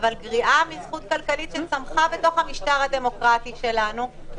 אבל צריך לזכור שיש לפחות פי חמישה מאומתים שלא ידועים,